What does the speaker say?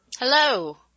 Hello